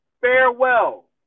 Farewell